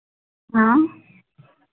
हाँ